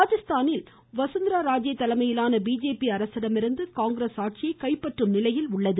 ராஜஸ்தானில் வசுந்தரா ராஜே தலைமையிலான பிஜேபி அரசிடமிருந்து காங்கிரஸ் ஆட்சியை கைப்பற்றும் நிலையில் உள்ளது